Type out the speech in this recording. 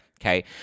Okay